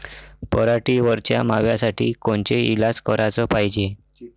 पराटीवरच्या माव्यासाठी कोनचे इलाज कराच पायजे?